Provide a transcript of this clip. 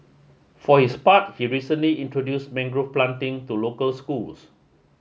for his part he recently introduced mangrove planting to local schools